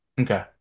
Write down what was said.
Okay